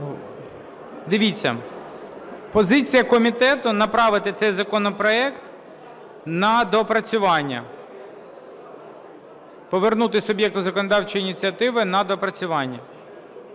Дивіться, позиція комітету – направити цей законопроект на доопрацювання, повернути суб'єкту законодавчої ініціативи на доопрацювання.